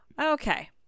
Okay